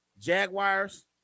Jaguars